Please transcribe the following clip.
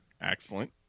Excellent